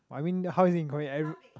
I mean how is it inconvenient every